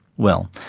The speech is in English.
well,